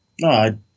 No